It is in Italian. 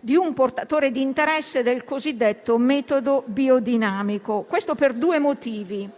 di un portatore di interesse del cosiddetto metodo biodinamico. Faccio questo per due motivi.